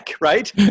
right